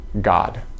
God